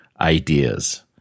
ideas